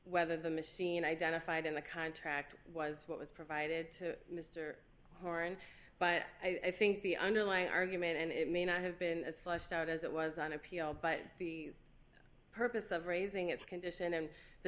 whether the machine identified in the contract was what was provided to mr horan but i think the underlying argument and it may not have been as fleshed out as it was on appeal but the purpose of raising its condition and the